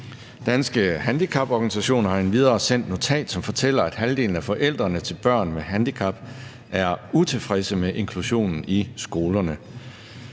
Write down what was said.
Danske Handicaporganisationer har endvidere sendt et notat, som fortæller, at halvdelen af forældrene til børn med handicap er utilfredse med inklusionen i skolerne.